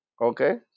Okay